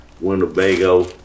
Winnebago